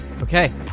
Okay